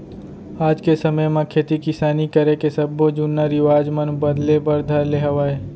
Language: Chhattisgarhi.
आज के समे म खेती किसानी करे के सब्बो जुन्ना रिवाज मन बदले बर धर ले हवय